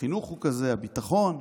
החינוך הוא כזה, הביטחון,